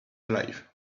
alive